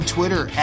Twitter